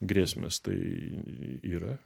grėsmės tai yra